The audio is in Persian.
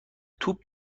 توپ